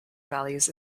values